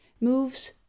moves